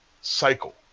cycle